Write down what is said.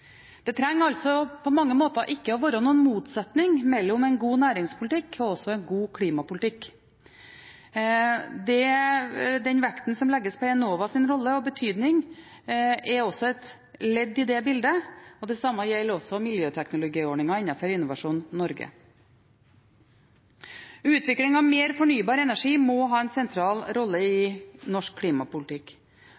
Det trenger på mange måter ikke å være noen motsetning mellom en god næringspolitikk og en god klimapolitikk. Den vekten som legges på Enovas rolle og betydning, er også en del av det bildet. Det samme gjelder også miljøteknologiordningen innenfor Innovasjon Norge. Utvikling av mer fornybar energi må ha en sentral rolle i norsk klimapolitikk,